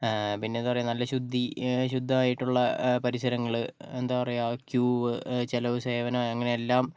പിന്നെ എന്താ പറയുക നല്ല ശുദ്ധി ശുദ്ധമായിട്ടുള്ള പരിസരങ്ങള് എന്താ പറയുക ക്യൂവ് ചിലവ് സേവനം അങ്ങനെ എല്ലാം